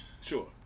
sure